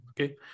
okay